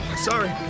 Sorry